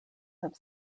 have